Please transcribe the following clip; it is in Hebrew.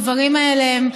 הדברים האלה הם,